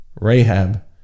Rahab